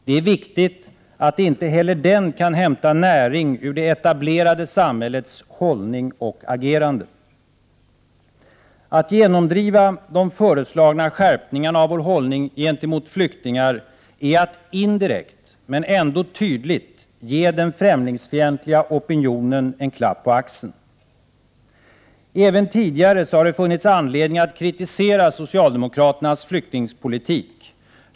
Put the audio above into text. Det är viktigt att inte heller den kan hämta näring ur det etablerade samhällets hållning och agerande. Att genomdriva de föreslagna skärpningarna av vår hållning gentemot flyktingar är att indirekt, men ändå tydligt, ge den främlingsfientliga opinionen en klapp på axeln. Även tidigare har det funnits anledning att kritisera socialdemokraternas flyktingpolitik.